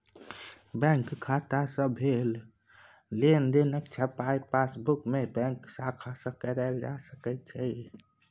bank खाता सँ भेल लेनदेनक छपाई पासबुकमे बैंक शाखा सँ कराएल जा सकैत छै